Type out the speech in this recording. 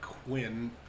Quinn